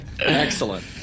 Excellent